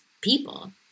people